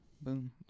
boom